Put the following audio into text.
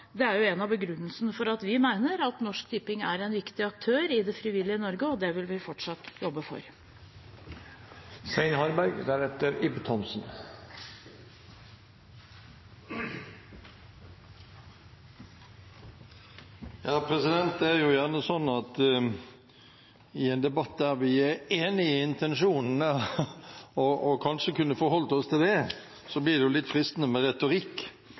Det er jo gjerne sånn at i en debatt der vi er enige i intensjonene og kanskje kunne forholdt oss til det, blir det litt fristende med retorikk.